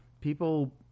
People